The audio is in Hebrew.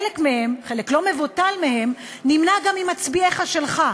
חלק לא מבוטל מהם נמנה גם עם מצביעיך שלך,